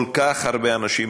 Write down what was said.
כל כך הרבה אנשים,